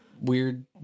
weird